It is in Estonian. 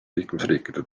liikmesriikide